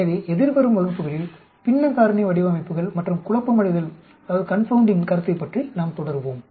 எனவே எதிர்வரும் வகுப்புகளில் பின்ன காரணி வடிவமைப்புகள் மற்றும் குழப்பமடைதல் கருத்தை பற்றி நாம் தொடருவோம்